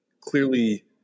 clearly